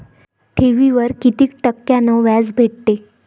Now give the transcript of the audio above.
ठेवीवर कितीक टक्क्यान व्याज भेटते?